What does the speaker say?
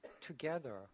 together